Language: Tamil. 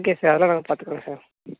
ஓகே சார் அதெலாம் நாங்கள் பார்த்துக்குறோம் சார்